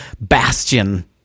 Bastion